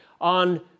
on